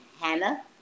Hannah